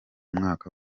mwaka